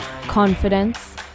confidence